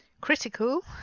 critical